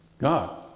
God